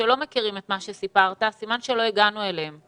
שלא מכירים את מה שסיפרת, סימן שלא הגענו אליהם.